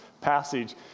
passage